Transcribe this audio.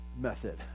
method